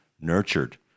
nurtured